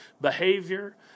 behavior